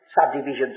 subdivisions